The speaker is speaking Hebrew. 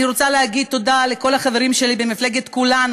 אני רוצה להגיד תודה לכל החברים שלי במפלגת כולנו,